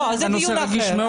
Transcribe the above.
זה נושא רגיש מאוד.